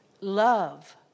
Love